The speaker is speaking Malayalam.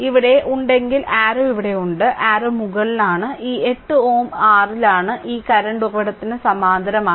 ഇവിടെ ഉണ്ടെങ്കിൽ അരരൌ ഇവിടെയുണ്ട് അരരൌ മുകളിലാണ് ഈ 8Ω r ലാണ് ഈ കറന്റ് ഉറവിടത്തിന് സമാന്തരമാണ്